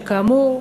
שכאמור,